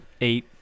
eight